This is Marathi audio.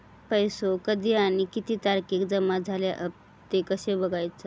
पैसो कधी आणि किती तारखेक जमा झाले हत ते कशे बगायचा?